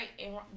right